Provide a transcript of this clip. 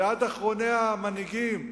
ועד אחרוני המנהיגים,